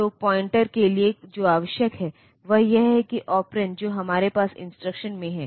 तो पॉइंटर के लिए जो आवश्यक है वह यह है कि ऑपरेंड जो हमारे पास इंस्ट्रक्शन में है